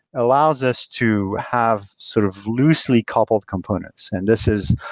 allows us to have sort of loosely coupled components. and this is,